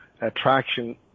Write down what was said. attraction